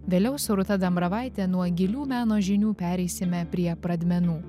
vėliau su rūta dambravaitė nuo gilių meno žinių pereisime prie pradmenų